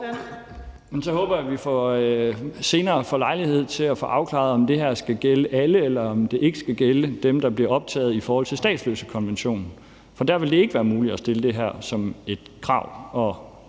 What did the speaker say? Så håber jeg, at vi senere får lejlighed til at få afklaret, om det her skal gælde alle, eller om det ikke skal gælde dem, der bliver optaget på baggrund af statsløsekonventionen, for der vil det ikke være muligt at stille det her som et krav.